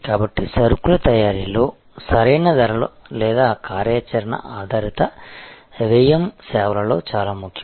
కాబట్టి సరుకుల తయారీలో సరైన ధర లేదా కార్యాచరణ ఆధారిత వ్యయం సేవలలో చాలా ముఖ్యం